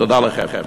תודה לכם.